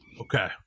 Okay